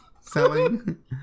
selling